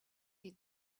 you